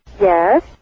Yes